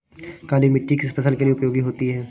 काली मिट्टी किस फसल के लिए उपयोगी होती है?